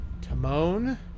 Timon